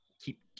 keep